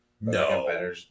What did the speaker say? No